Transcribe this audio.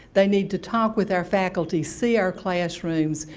they need to talk with our faculty, see our classrooms,